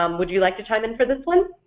um would you like to chime in for this one?